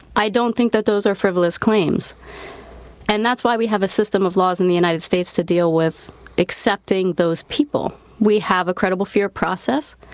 i don't think that those are frivolous claims and that's why we have a system of laws in the united states to deal with accepting those people. we have a credible fear process,